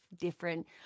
different